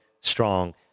strong